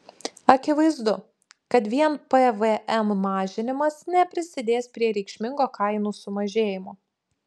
akivaizdu kad vien pvm mažinimas neprisidės prie reikšmingo kainų sumažėjimo